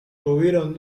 tuvieron